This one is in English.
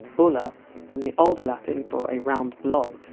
but from the older latin for a round blob,